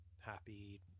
happy